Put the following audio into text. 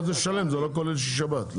חודש שלם זה לא כולל שישי שבת.